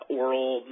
oral